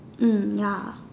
mm ya